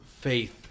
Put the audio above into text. faith